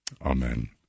Amen